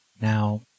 Now